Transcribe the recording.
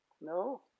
no